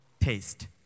taste